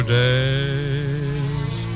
days